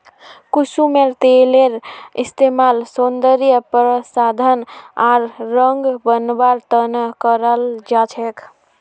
कुसुमेर तेलेर इस्तमाल सौंदर्य प्रसाधन आर रंग बनव्वार त न कराल जा छेक